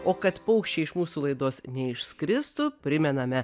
o kad paukščiai iš mūsų laidos neišskristų primename